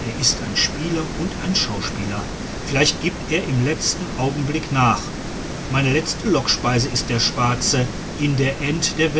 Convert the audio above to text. er ist ein spieler und ein schauspieler vielleicht gibt er im letzten augenblick nach meine letzte lockspeise ist der schwarze in der end der